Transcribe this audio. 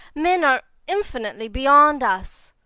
men are infinitely beyond us.